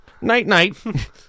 Night-night